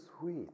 sweet